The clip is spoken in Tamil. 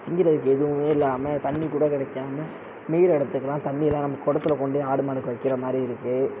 திங்கிறதுக்கு எதுவும் இல்லாமல் தண்ணிர் கூட கிடைக்காம மேய்கிற எடுத்தக்கெல்லாம் தண்ணிலாம் நம்ம குடத்துல கொண்டு ஆடு மாடுக்கு வைக்கிற மாதிரி இருக்கு